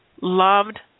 loved